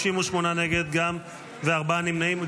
58 נגד וארבעה נמנעים,